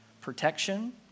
Protection